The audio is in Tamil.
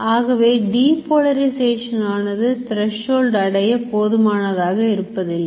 ஆகவே depolarization ஆனது threshold அடைய போதுமானதாக இருப்பதில்லை